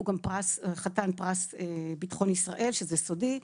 והוא גם חתן פרס ביטחון ישראל שזה סודי.